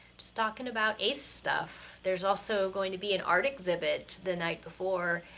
just talking about ace stuff! there's also going to be an art exhibit the night before,